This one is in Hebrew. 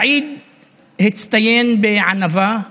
סעיד הצטיין בענווה,